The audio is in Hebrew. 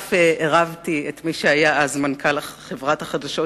ואף עירבתי את מי שהיה אז מנכ"ל חברת החדשות,